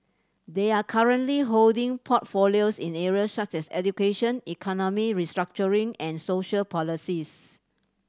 they are currently holding portfolios in area such as education economic restructuring and social policies